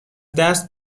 دست